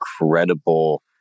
incredible